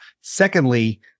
Secondly